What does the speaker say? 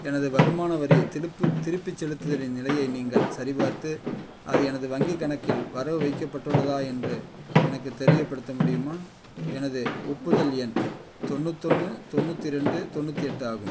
எனது வருமான வரி திருப்பு திருப்பிச் செலுத்துதலின் நிலையை நீங்கள் சரிபார்த்து அது எனது வங்கிக் கணக்கில் வரவு வைக்கப்பட்டுள்ளதா என்று எனக்குத் தெரியப்படுத்த முடியுமா எனது ஒப்புதல் எண் தொண்ணூத்தொன்று தொண்ணூற்றி ரெண்டு தொண்ணூற்றி எட்டு ஆகும்